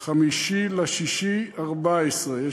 ב-5 ביוני 2014,